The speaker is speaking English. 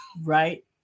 right